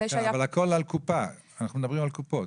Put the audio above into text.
כן, אבל הכול על קופה, אנחנו מדברים על קופות?